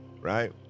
right